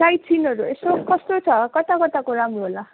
साइटसिनहरू यसो कस्तो छ कता कताको राम्रो होला